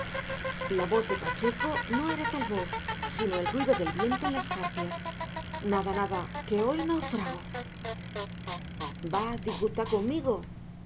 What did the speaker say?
la voz de pacheco no era tal voz sino el ruido del viento en las jarcias nada nada que hoy naufrago vas disgustá conmigo